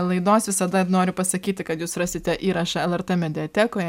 laidos visada noriu pasakyti kad jūs rasite įrašą lrt mediatekoje